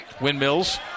Windmills